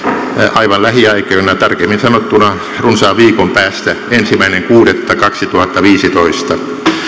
aivan lähiaikoina tarkemmin sanottuna runsaan viikon päästä ensimmäinen kuudetta kaksituhattaviisitoista